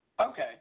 Okay